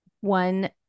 one